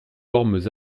ormes